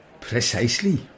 Precisely